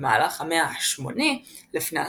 במהלך המאה ה-8 לפנה"ס